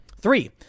Three